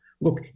Look